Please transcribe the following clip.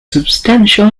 substantial